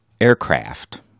aircraft